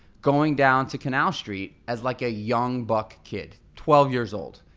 going down to canal street as like a young buck kid, twelve years old,